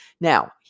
Now